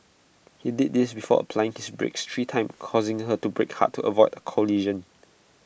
he did this before applying his brakes three times causing her to brake hard to avoid A collision